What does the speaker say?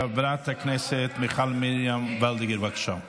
חברת הכנסת מיכל מרים וולדיגר, בבקשה.